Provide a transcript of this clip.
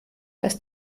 das